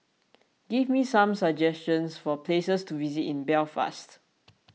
give me some suggestions for places to visit in Belfast